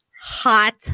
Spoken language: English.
Hot